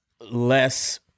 less